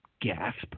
gasp